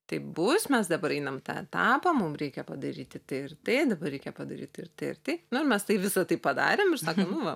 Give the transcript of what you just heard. taip bus mes dabar einam tą etapą mum reikia padaryti tai ir tai dabar reikia padaryti ir tai ir tai nu ir mes tai visa tai padarėm ir sako nu va